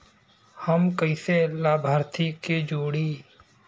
हम कइसे लाभार्थी के जोड़ी?